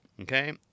Okay